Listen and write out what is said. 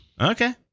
Okay